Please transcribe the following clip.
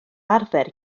arfer